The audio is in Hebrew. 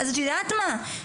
את יודעת מה,